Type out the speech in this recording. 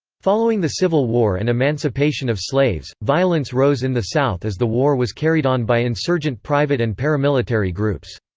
following the civil war and emancipation of slaves, violence rose in the south as the war was carried on by insurgent private and paramilitary groups.